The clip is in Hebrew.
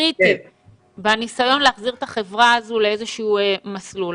קריטי בניסיון להחזיר את החברה הזו לאיזשהו מסלול.